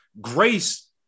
grace